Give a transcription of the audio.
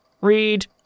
read